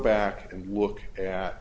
back and look at